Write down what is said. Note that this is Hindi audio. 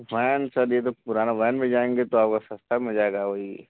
सर ये तो पुराना बैंक में जायेंगे तो अब सस्ता में जायेगा